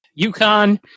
UConn